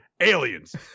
aliens